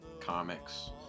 comics